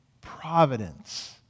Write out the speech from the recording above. providence